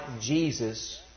Jesus